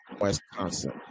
Wisconsin